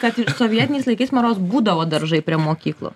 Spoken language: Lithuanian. kad sovietiniais laikais man rods būdavo daržai prie mokyklų